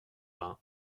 vingt